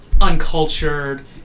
uncultured